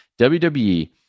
WWE